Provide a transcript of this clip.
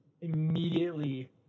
immediately